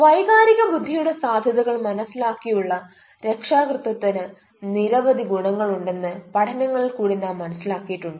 വൈകാരിക ബുദ്ധിയുടെ സാധ്യതകൾ മനസിലാക്കിയുള്ള രക്ഷാകർതൃത്വത്തിന് നിരവധി ഗുണങ്ങൾ ഉണ്ടെന്ന് പഠനങ്ങളിൽ കൂടി നാം മനസ്സിലാക്കിയിട്ടുണ്ട്